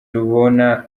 rubona